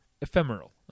ephemeral